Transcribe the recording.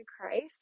Christ